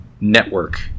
network